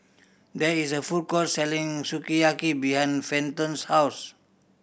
there is a food court selling Sukiyaki behind Fenton's house